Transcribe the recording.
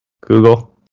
google